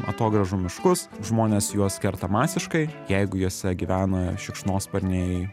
atogrąžų miškus žmonės juos kerta masiškai jeigu juose gyvena šikšnosparniai